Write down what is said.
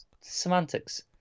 semantics